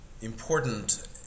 important